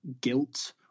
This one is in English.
guilt